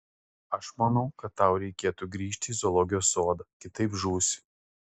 aš manau kad tau reikėtų grįžti į zoologijos sodą kitaip žūsi